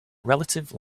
relative